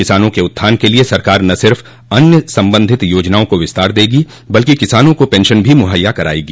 किसानों के उत्थान के लिए सरकार न सिर्फ अन्य संबंधित योजनाओं को विस्तार देगी बल्कि किसानों को पेंशन भी मुहैया करायेगी